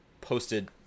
posted